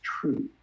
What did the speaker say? true